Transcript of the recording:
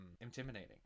intimidating